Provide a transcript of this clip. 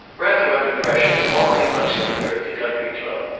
rather under pressure, wallie lunched with her at the country club,